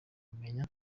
kumenya